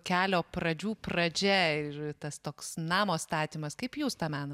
kelio pradžių pradžia ir tas toks namo statymas kaip jūs tą menat